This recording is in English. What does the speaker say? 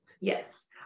Yes